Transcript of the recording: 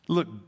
Look